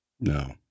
No